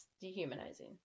dehumanizing